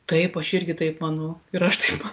taip aš irgi taip manau ir aš taip pat